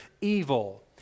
evil